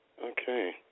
Okay